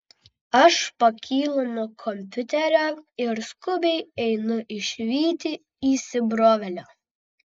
aš pakylu nuo kompiuterio ir skubiai einu išvyti įsibrovėlio